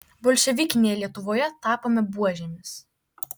bolševikinėje lietuvoje tapome buožėmis